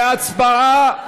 להצבעה.